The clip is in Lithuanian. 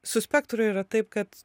su spektru yra taip kad